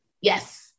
Yes